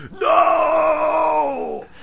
No